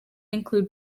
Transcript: include